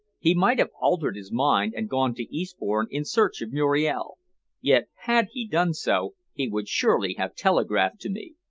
he might have altered his mind and gone to eastbourne in search of muriel yet, had he done so, he would surely have telegraphed to me.